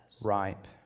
ripe